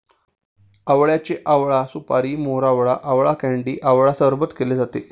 आवळ्याचे आवळा सुपारी, मोरावळा, आवळा कँडी आवळा सरबत केले जाते